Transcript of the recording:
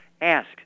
ask